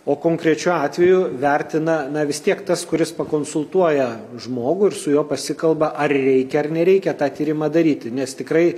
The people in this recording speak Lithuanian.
o konkrečiu atveju vertina na vis tiek tas kuris pakonsultuoja žmogų ir su juo pasikalba ar reikia ar nereikia tą tyrimą daryti nes tikrai